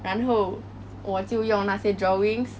然后我就用那些 drawings